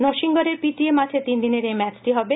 নরসিংগডের PTA মাঠে তিনদিনের এই ম্যাচটি হবে